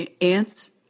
ants